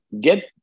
get